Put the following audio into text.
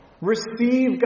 receive